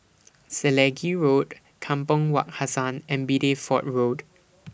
Selegie Road Kampong Wak Hassan and Bideford Road